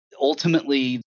ultimately